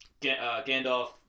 Gandalf